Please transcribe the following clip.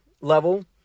level